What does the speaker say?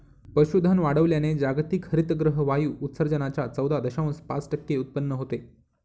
पशुधन वाढवल्याने जागतिक हरितगृह वायू उत्सर्जनाच्या चौदा दशांश पाच टक्के उत्पन्न होते